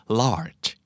large